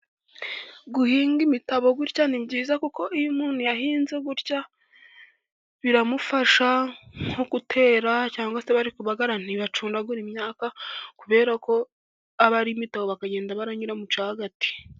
Guhinga imitabo gutya ni byiza kuko iyo umuntu yahinze gutya biramufasha nko gutera cyangwa se bari kubagara, ntibacundagura imyaka kubera ko aba ari imitabo bakagenda baranyura mucya hagati.